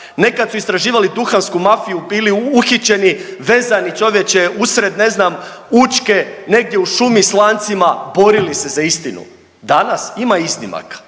Nekad su istraživali duhansku mafiju, bili uhićeni, vezani čovječe usred ne znam Učke, negdje u šumi s lancima, borili se za istinu. Danas, ima iznimaka,